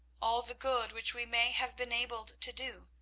all the good which we may have been enabled to do,